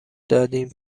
دادیم